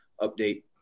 update